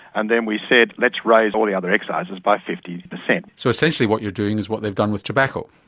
and then we said let's raise all the other excises by fifty percent. so essentially what you're doing is what they've done with tobacco.